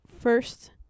first